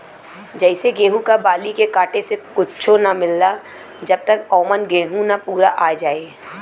जइसे गेहूं क बाली के काटे से कुच्च्छो ना मिलला जब तक औमन गेंहू ना पूरा आ जाए